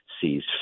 sees